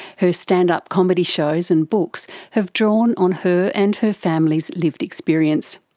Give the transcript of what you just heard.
her stand-up comedy shows and books have drawn on her and her family's lived experience.